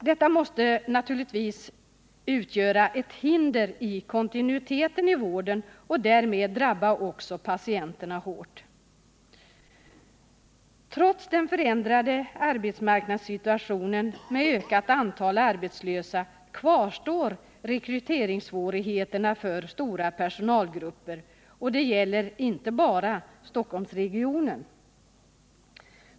Detta måste naturligtvis utgöra ett hinder i kontinuiteten i vården och därmed drabbas också patienterna hårt. Trots den förändrade arbetsmarknadssituationen, med ökat antal arbetslösa, kvarstår rekryteringssvårigheter när det gäller stora personalgrupper. Det gäller inte bara Stockholmsregionen.